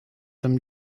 them